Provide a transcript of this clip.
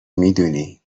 میدونی